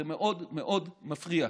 זה מאוד מאוד מפריע.